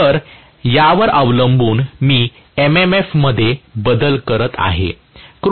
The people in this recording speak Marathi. तर यावर अवलंबून मी MMF मध्ये बदल करत आहे